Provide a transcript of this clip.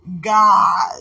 God